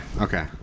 Okay